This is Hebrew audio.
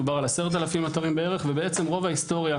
מדובר על 10,000 אתרים בערך ובעצם רוב ההיסטוריה